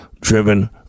driven